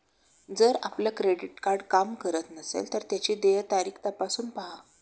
जर आपलं credit card काम करत नसेल तर त्याची देय तारीख तपासून पाहा